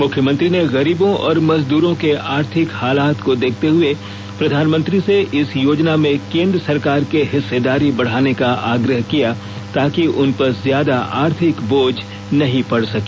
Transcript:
मुख्यमंत्री ने गरीबों और मजदूरों के आर्थिक हालात को देखते हुए प्रधानमंत्री से इस योजना में केंद्र सरकार की हिस्सेदारी बढ़ाने का आग्रह किया ताकि उनपर ज्यादा आर्थिक बोझ नहीं पड़ सके